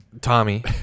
Tommy